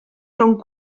rhwng